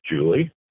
Julie